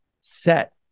set